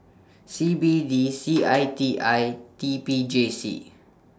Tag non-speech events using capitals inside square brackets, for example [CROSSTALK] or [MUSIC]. C B D C [NOISE] I T I T P J C